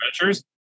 Adventure's